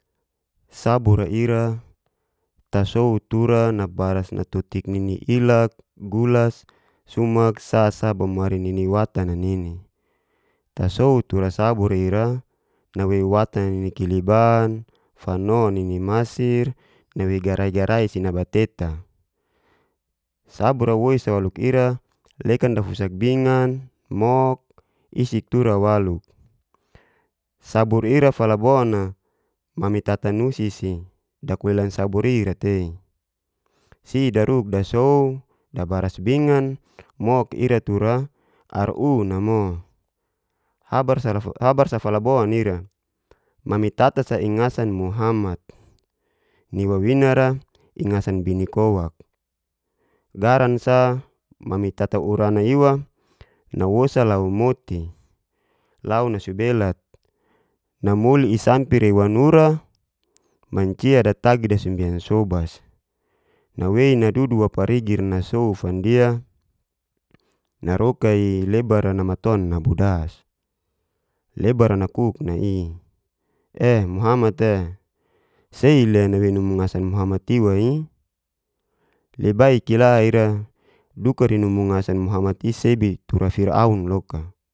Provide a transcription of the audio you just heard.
Sabur'a ira tasoutura nabaras natotik nini ilak, gulas. sumak sa sa bomari nini watan'a nini tasou tura sabur ira nawei watan nini kiliban fano nini masir nawei garai-garai si nabateta. Sabura woi sa waluk ira lekan tafusak bingan, mok isik tura waluk, sabur ira falabon mami tata nusi si dakulelan sabur i'ra tei, si daruk dasou, dabaras bingan, mok ira tura ar una'mo. habar sa falabona ira mami tata sa ningsan muhamat ni wawinara ingasan bibi kowak garan sa mami tata urana iwa nawosa lau moti lau nasubelat namuli isampe rei wanura mancia dataggi dasumbian sobas nawei nadudu wa parigi'ra nasou fandia naroka'i lebar'a namaton nabudas lebar'a nakuk nai'i ee muhamat'e sei le nawei numngasn muhmat iwa'i labai kila ira dukar'i numu ngasan muhamat i'sebi tura firaun loka.